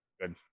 Good